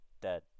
dead